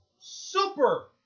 super